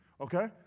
okay